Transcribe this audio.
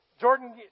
Jordan